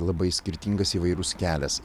labai skirtingas įvairūs kelias